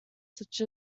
such